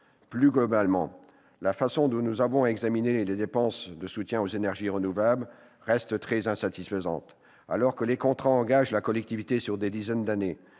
Plus globalement, la façon dont nous devons examiner les dépenses de soutien aux énergies renouvelables reste très insatisfaisante. Alors que les contrats engagent la collectivité sur des dizaines d'années,